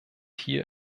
hier